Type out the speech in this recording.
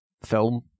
film